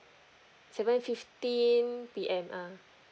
seven fifteen P_M ah